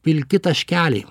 pilki taškeliai